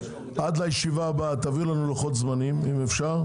עד הישיבה הבאה תביאו לנו לוחות זמנים אם אפשר,